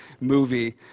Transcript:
movie